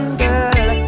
girl